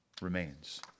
remains